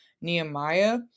Nehemiah